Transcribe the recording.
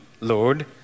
Lord